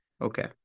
Okay